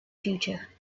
future